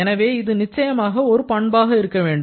எனவே இது நிச்சயமாக ஒரு பண்பாக இருக்க வேண்டும்